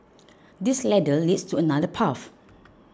this ladder leads to another path